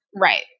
Right